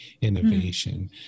innovation